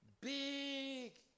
big